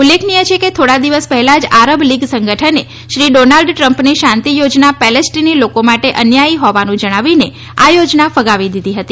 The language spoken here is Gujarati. ઉલ્લેખનીય છે કે થોડા દિવસ પહેલાં જ આરબ લીગ સંગઠનને શ્રી ડોનાલ્ડ ટ્રમ્પની શાંતિ યોજના પેલેસ્ટીની લોકો માટે અન્યાયી હોવાનું જણાવીને આ યોજના ફગાવી દીધી હતી